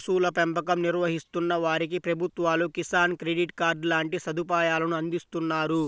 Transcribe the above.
పశువుల పెంపకం నిర్వహిస్తున్న వారికి ప్రభుత్వాలు కిసాన్ క్రెడిట్ కార్డు లాంటి సదుపాయాలను అందిస్తున్నారు